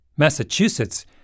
Massachusetts